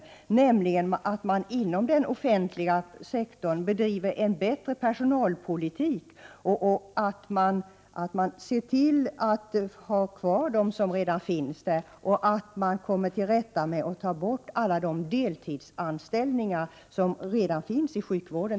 Han sade då nämligen att man inom den offentliga sektorn bör bedriva en bättre personalpolitik, man skall se till att behålla den personal som redan finns och man måste ta bort alla de deltidsanställningar som t.ex. finns inom sjukvården.